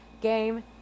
Game